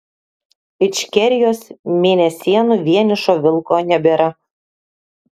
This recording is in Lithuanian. ičkerijos mėnesienų vienišo vilko nebėra